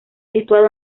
situado